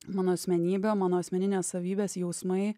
mano asmenybė mano asmeninės savybės jausmai